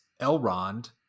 elrond